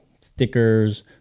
stickers